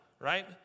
right